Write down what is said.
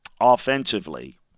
offensively